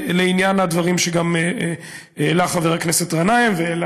לעניין הדברים שהעלה חבר הכנסת גנאים והעלה